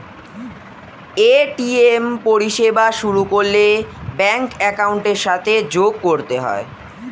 ATM পরিষেবা শুরু করলে ব্যাঙ্ক অ্যাকাউন্টের সাথে যোগ করতে হয়